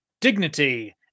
dignity